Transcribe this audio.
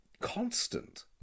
Constant